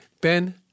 Ben